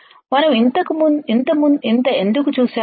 మనం ఇంత ఎందుకు చూశాము